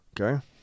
okay